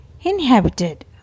inhabited